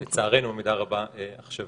לצערנו, במידה רבה, יותר עכשווי.